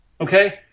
Okay